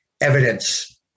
evidence